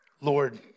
Lord